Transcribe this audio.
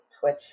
Twitch